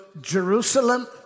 Jerusalem